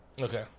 Okay